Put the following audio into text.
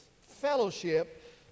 fellowship